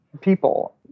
people